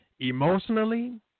emotionally